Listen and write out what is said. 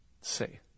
say